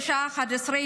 בשעה 11:00,